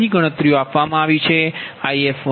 બધી ગણતરીઓ આપવામાં આવી છે If13 j1